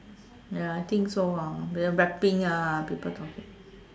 ya I think so hor the rapping ah people talking